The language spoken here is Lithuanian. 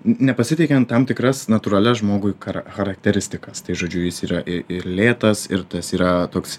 n nepasitikint tam tikras natūralias žmogui ra charakteristikas tai žodžiu jis yra i ir lėtas ir tas yra toks